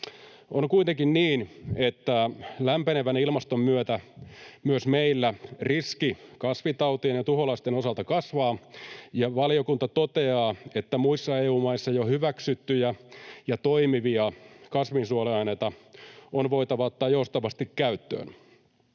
On kuitenkin niin, että lämpenevän ilmaston myötä myös meillä riski kasvitautien ja tuholaisten osalta kasvaa. Valiokunta toteaa, että muissa EU-maissa jo hyväksyttyjä ja toimivia kasvinsuojeluaineita on voitava ottaa joustavasti käyttöön.